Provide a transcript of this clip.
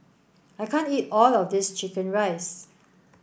I can't eat all of this chicken rice